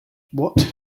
what